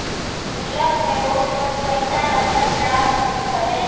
गुल्लक में रोज रोज पईसा रखल जा सकत हवे